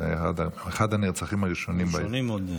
היה אחד הנרצחים הראשונים, הראשונים.